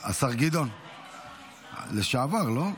השר גדעון, לשעבר, לא?